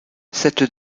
cette